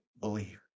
believe